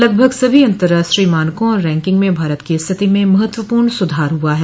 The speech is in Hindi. लगभग सभी अंतर्राष्ट्रीय मानकों और रैंकिंग में भारत की स्थिति में महत्वपूर्ण सुधार हुआ है